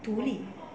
独立